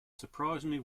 surprisingly